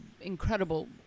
incredible